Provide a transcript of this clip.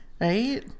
Right